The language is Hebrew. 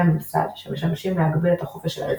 הממסד שמשמשים להגביל את החופש של האזרח,